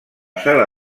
sala